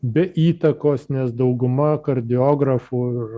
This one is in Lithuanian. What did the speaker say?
be įtakos nes dauguma kardiografų holte